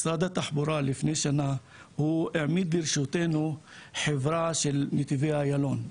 משרד התחבורה לפני שנה העמיד לרשותנו חברה של נתיבי איילון.